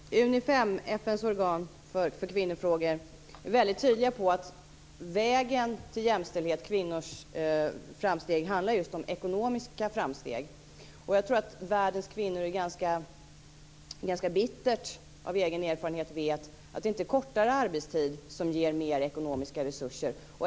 Herr talman! Unifem - FN:s organ för kvinnofrågor - är väldigt tydligt när det gäller att vägen till jämställdhet och kvinnors framsteg just handlar om ekonomiska framsteg. Jag tror att världens kvinnor av ganska bitter egen erfarenhet vet att det inte är kortare arbetstid som ger mer ekonomiska resurser.